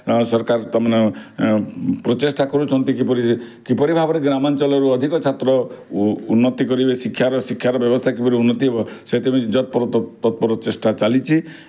ସରକାର ତା'ମାନେ ପ୍ରଚେଷ୍ଟା କରୁଛନ୍ତି କିପରି କିପରି ଭାବରେ ଗ୍ରାମାଞ୍ଚଳରୁ ଅଧିକ ଛାତ୍ର ଉନ୍ନତି କରିବେ ଶିକ୍ଷାର ଶିକ୍ଷାର ବ୍ୟବସ୍ଥା କିପରି ଉନ୍ନତି ହେବ ସେଥିପାଇଁ ଯତ୍ ପର ତତ୍ ପର ଚେଷ୍ଟା ଚାଲିଛି